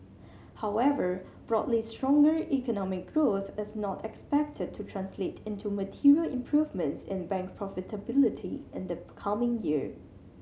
however broadly stronger economic growth is not expected to translate into material improvements in bank profitability in the coming year